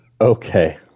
Okay